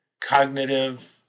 cognitive